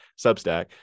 Substack